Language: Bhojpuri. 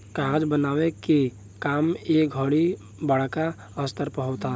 कागज बनावे के काम ए घड़ी बड़का स्तर पर होता